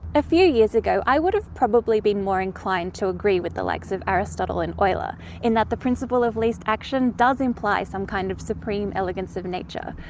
a few years ago, i would have probably been more inclined to agree with the likes of aristotle and euler in that the principle of least action does imply some kind of supreme elegance of nature.